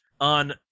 on